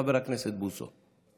חבר הכנסת בוסו.